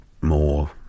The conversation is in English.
more